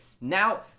now